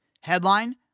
Headline